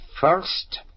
first